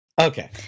okay